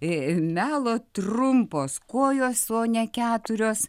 ir melo trumpos kojos o ne keturios